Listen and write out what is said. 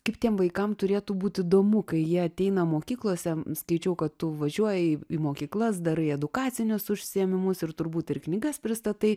kaip tiem vaikam turėtų būt įdomu kai jie ateina mokyklose skaičiau kad tu važiuoji į į mokyklas darai edukacinius užsiėmimus ir turbūt ir knygas pristatai